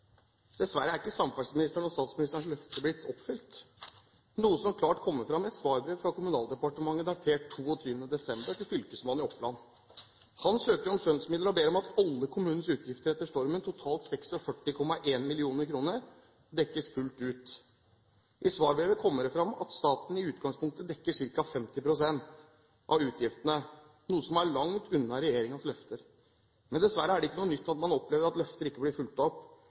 Dessverre er ikke samferdselsministerens og statsministerens løfter blitt oppfylt, noe som klart kommer fram i et svarbrev, datert 22. desember, fra Kommunal- og regionaldepartementet til Fylkesmannen i Oppland. Han søker om skjønnsmidler og ber om at alle kommunenes utgifter etter stormen, totalt 46,1 mill. kr, dekkes fullt ut. I svarbrevet kommer det fram at staten i utgangspunktet dekker ca. 50 pst. av utgiftene, noe som er langt unna regjeringens løfter. Men dessverre er det ikke noe nytt at man opplever at løfter ikke blir fulgt opp.